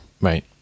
Right